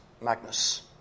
Magnus